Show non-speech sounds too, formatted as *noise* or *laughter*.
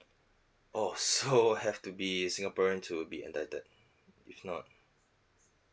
oh so *laughs* have to be a singaporean to be entitled if not